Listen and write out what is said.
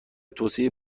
توسعه